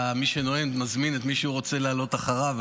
מי שנואם מזמין את מי שהוא רוצה שיעלה אחריו.